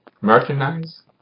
Merchandise